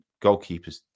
goalkeepers